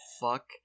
fuck